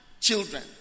children